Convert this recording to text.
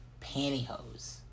pantyhose